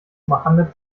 mohammed